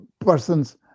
persons